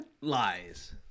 Lies